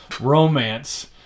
romance